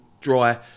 dry